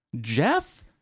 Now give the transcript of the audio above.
Jeff